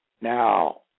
Now